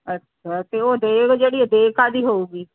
ਅੱਛਾ ਅਤੇ ਉਹ ਦੇਗ ਜਿਹੜੀ ਦੇਗ ਕਾਹਦੀ ਹੋਵੇਗੀ